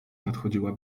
nadchodziła